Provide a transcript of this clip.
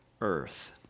Earth